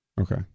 Okay